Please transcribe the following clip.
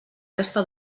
resta